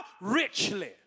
Richly